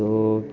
so